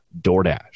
DoorDash